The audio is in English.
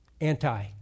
anti